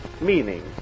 meaning